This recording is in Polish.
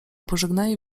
pożegnanie